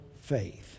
faith